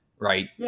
Right